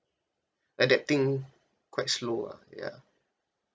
adapting quite slow ah ya